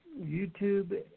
YouTube